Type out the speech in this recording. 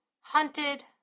hunted